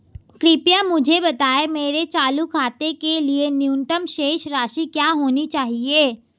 कृपया मुझे बताएं मेरे चालू खाते के लिए न्यूनतम शेष राशि क्या होनी चाहिए?